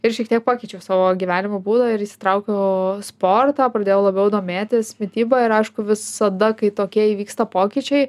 ir šiek tiek pakeičiau savo gyvenimo būdą ir įsitraukiau sportą pradėjau labiau domėtis mityba ir aišku visada kai tokie įvyksta pokyčiai